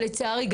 שלצערי,